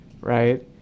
right